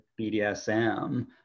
BDSM